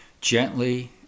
Gently